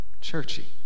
churchy